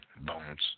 Bones